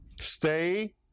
Stay